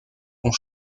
vont